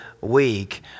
week